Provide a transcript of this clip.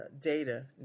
data